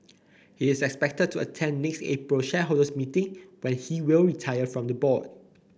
he is expected to attend next April's shareholders meeting but he will retire from the board